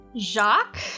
Jacques